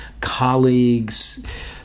colleagues